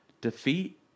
Defeat